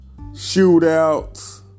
Shootouts